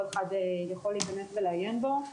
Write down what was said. כל אחד יכול להיכנס ולעיין בו.